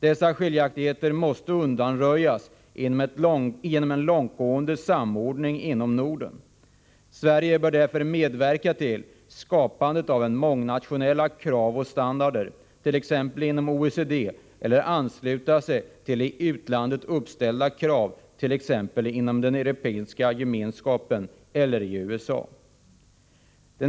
Dessa skiljaktigheter måste undanröjas genom en långtgående samordning inom Norden. Sverige bör därför medverka till skapandet av mångnationella krav och standarder, t.ex. inom OECD, eller ansluta sig till i utlandet uppställda krav, t.ex. inom Europeiska gemenskapen eller i USA.